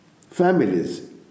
Families